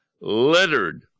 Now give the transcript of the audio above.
littered